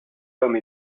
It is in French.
comme